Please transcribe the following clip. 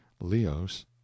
Leos